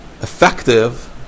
effective